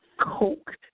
Coke